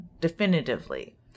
definitively